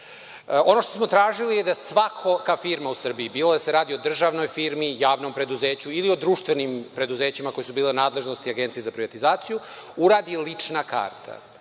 Ono što smo tražili je da svaka firma u Srbiji, bilo da se radi o državnoj firmi, javnom preduzeću ili o društvenim preduzećima koja su bila u nadležnosti Agencije za privatizaciju, uradi lična karta,